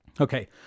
okay